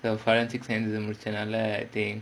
the forensics and முடிச்சதால:mudichathaala